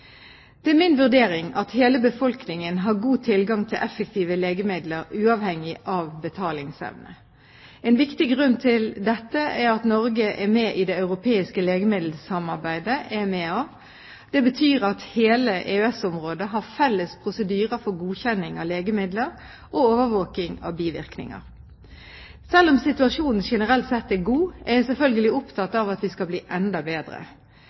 Det er min vurdering at hele befolkningen har god tilgang til effektive legemidler uavhengig av betalingsevne. En viktig grunn til dette er at Norge er med i det europeiske legemiddelsamarbeidet – EMEA. Det betyr at hele EØS-området har felles prosedyrer for godkjenning av legemidler og overvåking av bivirkninger. Selv om situasjonen generelt sett er god, er jeg selvfølgelig opptatt av at vi skal bli enda bedre.